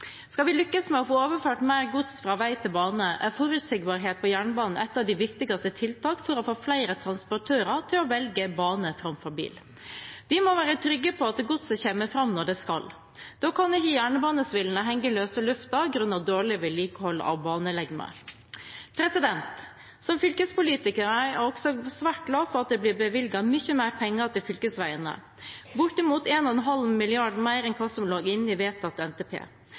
Skal vi lykkes med å få overført mer gods fra vei til bane, er forutsigbarhet på jernbanen et av de viktigste tiltakene for å få flere transportører til å velge bane framfor bil. De må være trygge på at godset kommer fram når det skal. Da kan ikke jernbanesvillene henge i løse luften grunnet dårlig vedlikehold av banelegemet. Som fylkespolitiker er jeg svært glad for at det blir bevilget mye mer penger til fylkesveiene, bortimot 1,5 mrd. kr mer enn hva som lå inne i vedtatt NTP.